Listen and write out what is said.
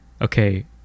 okay